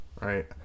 Right